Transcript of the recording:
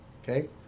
Okay